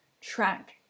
track